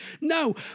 no